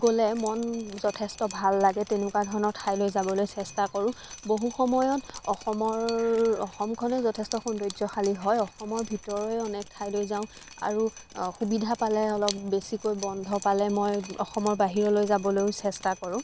গ'লে মন যথেষ্ট ভাল লাগে তেনেকুৱা ধৰণৰ ঠাইলৈ যাবলৈ চেষ্টা কৰোঁ বহুসময়ত অসমৰ অসমখনেই যথেষ্ট সৌন্দৰ্যশালী হয় অসমৰ ভিতৰে অনেক ঠাইলৈ যাওঁ আৰু সুবিধা পালে অলপ বেছিকৈ বন্ধ পালে মই অসমৰ বাহিৰলৈ যাবলৈও চেষ্টা কৰোঁ